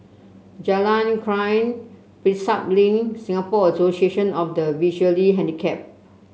Jalan Krian Prinsep Link Singapore Association of the Visually Handicapped